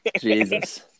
Jesus